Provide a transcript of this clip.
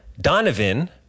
Donovan